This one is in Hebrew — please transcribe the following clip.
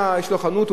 יש לו חנות,